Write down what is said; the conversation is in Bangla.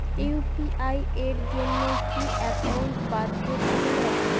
ইউ.পি.আই এর জন্য কি একাউন্ট বাধ্যতামূলক?